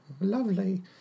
lovely